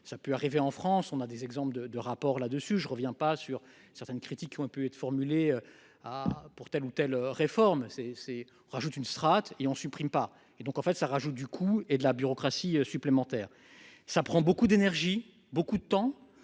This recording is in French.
ça peut arriver en France, on a des exemples de, de rapport là dessus je reviens pas sur certaines critiques qui ont pu être formulées à pour telle ou telle réforme c'est c'est rajoute une strate et on supprime pas et donc en fait ça rajoute du cou et de la bureaucratie supplémentaire, ça prend beaucoup d'énergie, beaucoup de temps